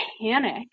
panic